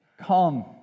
Come